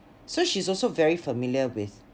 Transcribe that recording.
so she's also very familiar with